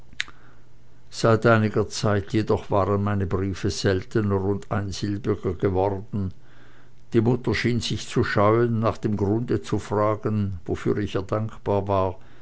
seit einiger zeit waren jedoch meine briefe seltener und einsilbiger geworden die mutter schien sich zu scheuen nach dem grunde zu fragen wofür ich ihr dankbar war